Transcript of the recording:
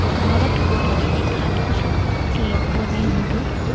घोरोत गबर से खाद कुंसम के बनो होबे?